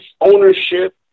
ownership